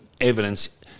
evidence